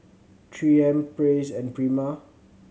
Three M Praise and Prima